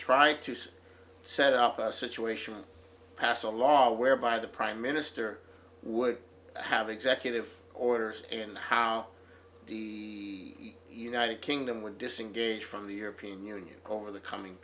try to say set up a situation pass a law whereby the prime minister would have executive orders and how the united kingdom would disengage from the european union over the coming